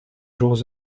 jours